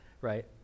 right